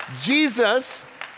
Jesus